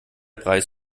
preis